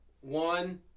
One